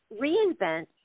reinvent